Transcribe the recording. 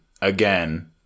again